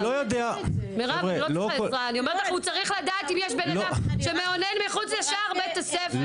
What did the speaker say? הוא צריך לדעת אם יש בן אדם שמאונן מחוץ לשער בית הספר.